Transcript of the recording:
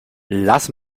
lass